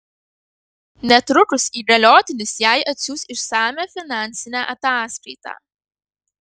netrukus įgaliotinis jai atsiųs išsamią finansinę ataskaitą